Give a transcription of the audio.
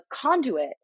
conduit